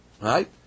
right